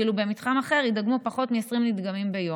ואילו במתחם אחר יידגמו פחות מ-20 נדגמים ביום.